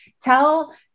tell